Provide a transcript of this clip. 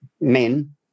men